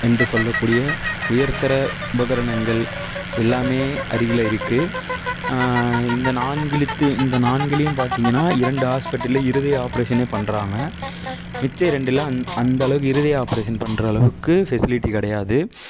என்று சொல்லக்கூடிய உயர்த்தர உபகரணங்கள் எல்லாமே அருகில் இருக்கு இந்த நான்கெளுத்தி நான்குலையும் பார்த்திங்கனா இரண்டு ஆஸ்பெட்டலு இருதய ஆப்ரேஷனே பண்ணுறாங்க மிச்ச ரெண்டில் அந்தளவுக்கு இருதய ஆப்ரேஷன் பண்ணுற அளவுக்கு ஃபெசிலிட்டி கிடையாது